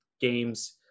games